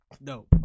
No